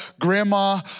grandma